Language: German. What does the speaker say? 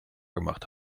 gemacht